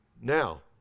now